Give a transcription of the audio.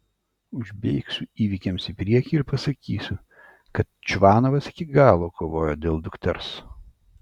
užbėgsiu įvykiams į priekį ir pasakysiu kad čvanovas iki galo kovojo dėl dukters